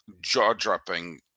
jaw-dropping